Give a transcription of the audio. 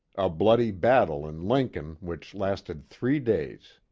a bloody battle in lincoln, which lasted three days.